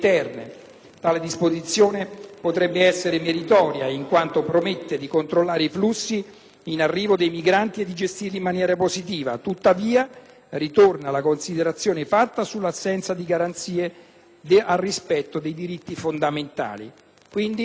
Tale disposizione potrebbe essere anche meritoria, in quanto permette di controllare i flussi in arrivo di migranti e di gestirli in maniera positiva. Tuttavia ritorna, subito, la considerazione fatta sull'assenza di garanzie del rispetto dei diritti fondamentali.